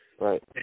Right